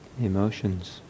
emotions